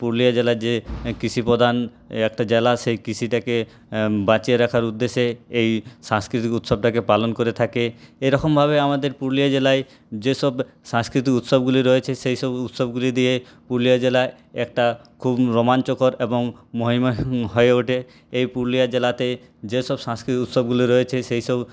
পুরুলিয়া জেলা যে কৃষিপ্রধান একটা জেলা সেই কৃষিটাকে বাঁচিয়ে রাখার উদ্দেশ্যে এই সাংস্কৃতিক উৎসবটাকে পালন করে থাকে এরকমভাবে আমাদের পুরুলিয়া জেলায় যেসব সাংস্কৃতিক উৎসবগুলি রয়েছে সেইসব উৎসবগুলি দিয়ে পুরুলিয়া জেলায় একটা খুব রোমাঞ্চকর এবং মহিমা হয়ে ওঠে এই পুরুলিয়া জেলাতেই যেসব সাংস্কৃতিক উৎসবগুলি রয়েছে সেইসব